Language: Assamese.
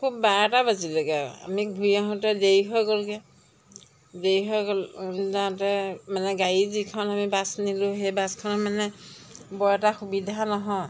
খুব বাৰটা বাজিলেগৈ আৰু আমি ঘূৰি আহোঁতে দেৰি হৈ গ'লগৈ দেৰি হৈ গ'ল যাওঁতে মানে গাড়ী যিখন আমি বাছ নিলোঁ সেই বাছখন মানে বৰ এটা সুবিধা নহয়